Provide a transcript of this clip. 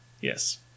Yes